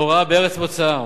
הוראה בארץ מוצאם,